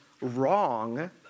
wrong